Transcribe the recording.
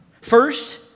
First